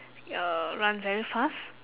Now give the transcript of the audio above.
uh run very fast